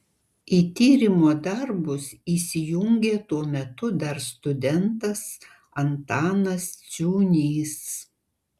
į tyrimo darbus įsijungė tuo metu dar studentas antanas ciūnys